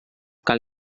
cal